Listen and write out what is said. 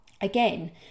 Again